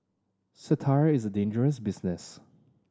satire is dangerous business